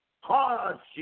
hardship